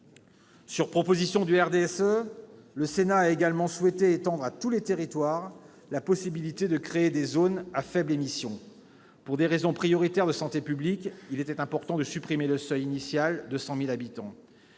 Sur proposition du RDSE, le Sénat a également souhaité étendre à tous les territoires la possibilité de créer des zones à faibles émissions. Pour des raisons prioritaires de santé publique, il était important de supprimer le seuil initial de 100 000 habitants.